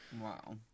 Wow